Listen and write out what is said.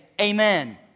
amen